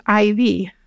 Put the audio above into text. IV